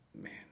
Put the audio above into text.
man